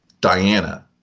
Diana